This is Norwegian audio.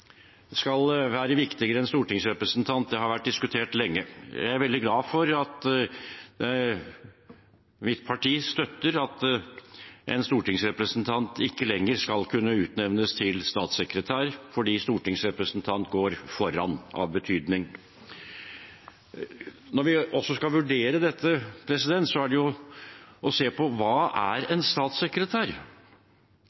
skal være viktigere enn en stortingsrepresentant, har vært diskutert lenge. Jeg er veldig glad for at mitt parti støtter at en stortingsrepresentant ikke lenger skal kunne utnevnes til statssekretær, fordi stortingsrepresentant går foran av betydning. Når vi skal vurdere dette, må vi se på hva en statssekretær er. Vedkommende er ikke medlem av statsrådet, altså av regjeringen. Da er